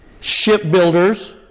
Shipbuilders